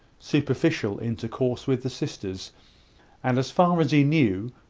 superficial, intercourse with the sisters and, as far as he knew,